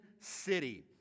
city